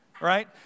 right